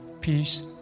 peace